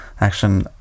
action